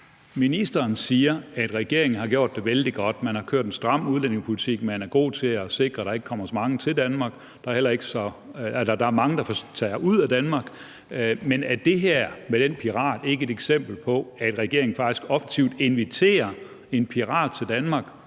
Ministeren siger, at regeringen har gjort det vældig godt. Man har ført en stram udlændingepolitik, man er god til at sikre, at der ikke kommer så mange til Danmark, og at der er mange, der tager ud af Danmark. Men er det her med piraten ikke et eksempel på, at regeringen faktisk offensivt inviterer en pirat til Danmark,